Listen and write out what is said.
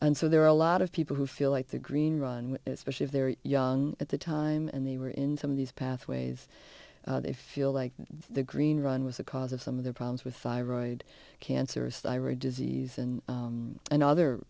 and so there are a lot of people who feel like the green run specially if they're young at the time and they were in some of these pathways they feel like the green run was the cause of some of the problems with thyroid cancers thyroid disease and and other